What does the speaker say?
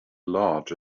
large